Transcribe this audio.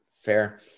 fair